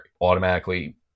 automatically